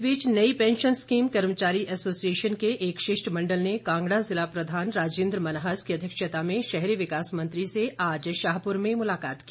इस बीच नई पैशन स्कीम कर्मचारी एसोसिएशन के एक शिष्टमंडल ने कांगडा जिला प्रधान राजिन्द्र मन्हास की अध्यक्षता में शहरी विकास मंत्री से आज शाहपुर में मुलाकात की